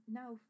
now